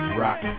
rock